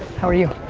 how are you?